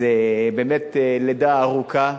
אז באמת לידה ארוכה.